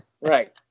Right